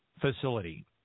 facility